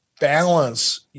balance